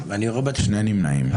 2 בעד, 9 נגד, 2 נמנעים.